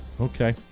Okay